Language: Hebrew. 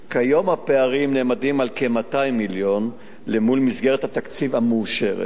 כיום הפערים נאמדים ב-200 מיליון מול מסגרת התקציב המאושרת.